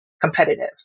competitive